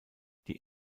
die